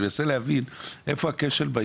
אני מנסה להבין איפה הכשל.